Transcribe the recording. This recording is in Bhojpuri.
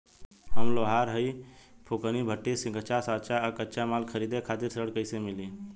हम लोहार हईं फूंकनी भट्ठी सिंकचा सांचा आ कच्चा माल खरीदे खातिर ऋण कइसे मिली?